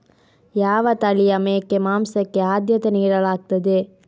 ಯಾವ ತಳಿಯ ಮೇಕೆ ಮಾಂಸಕ್ಕೆ ಆದ್ಯತೆ ನೀಡಲಾಗ್ತದೆ?